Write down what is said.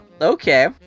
Okay